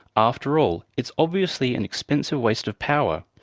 after all, it's obviously an expensive waste of power.